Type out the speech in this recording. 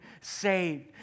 saved